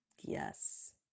Yes